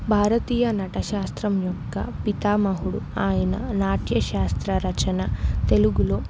భారతీయ నటశాస్త్రం యొక్క పితామహుడు ఆయన నాట్యశాస్త్ర రచన తెలుగులో